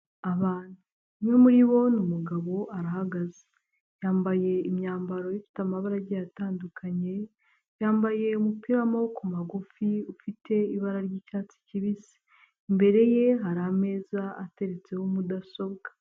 Abantu, umwe muri bo ni umugabo arahagaze, yambaye imyambaro ifite amabara agiye, atandukanye, yambaye umupira w'amaboko magufi ufite ibara ry'icyatsi kibisi, imbere ye hari ameza ateretseho mudasobwa.